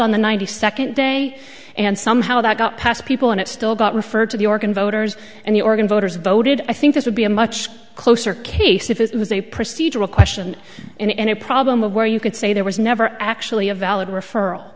on the ninety second day and somehow that got passed people and it still got referred to the organ voters and the organ voters voted i think this would be a much closer case if it was a procedural question and a problem of where you could say there was never actually a valid referral